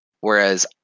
whereas